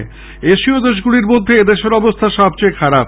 অন্যদিকে এশীয় দেশগুলির মধ্যে এদেশের অবস্থা সবচেয়ে খারাপ